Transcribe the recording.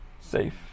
safe